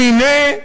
והנה,